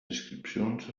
inscripcions